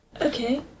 Okay